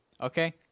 Okay